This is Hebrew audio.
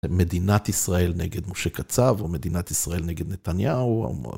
מדינת ישראל נגד משה קצב או מדינת ישראל נגד נתניהו.